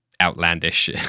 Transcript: outlandish